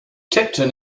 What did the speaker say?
tipton